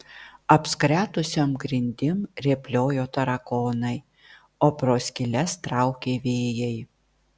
apskretusiom grindim rėpliojo tarakonai o pro skyles traukė vėjai